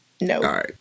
No